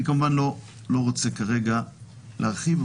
אני כמובן לא רוצה כרגע להרחיב,